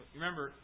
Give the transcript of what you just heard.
remember